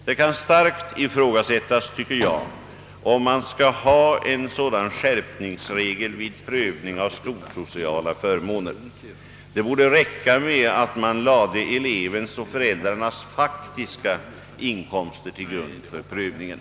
Det kan starkt ifrågasättas, tycker jag, om man skall ha en sådan skärpningsregel vid prövning av skolsociala förmåner. Det borde räcka med att man lade elevens och föräldrarnas faktiska inkomster till grund för prövningen.